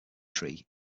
tree